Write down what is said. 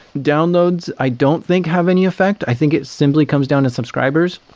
downloads, i don't think have any effect. i think it simply comes down to subscribers.